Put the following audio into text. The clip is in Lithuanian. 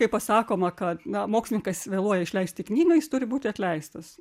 kai pasakoma kad na mokslininkas vėluoja išleisti knygą jis turi būti atleistas